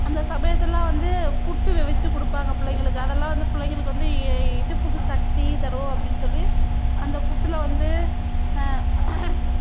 அந்த சமையத்துலலா வந்து புட்டு அவிச்சி கொடுப்பாங்க பிள்ளைங்களுக்கு அதெல்லாம் வந்து பிள்ளைங்களுக்கு வந்து இடுப்புக்கு சக்தி தரும் அப்படின்னு சொல்லி அந்த புட்டில் வந்து